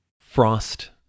Frost